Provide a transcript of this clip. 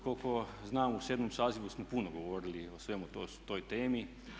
Koliko znam u VII. sazivu smo puno govorili o svemu i toj temi.